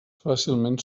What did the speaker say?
fàcilment